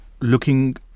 looking